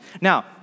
Now